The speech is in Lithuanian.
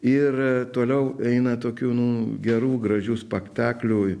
ir toliau eina tokių nu gerų gražių spaktaklių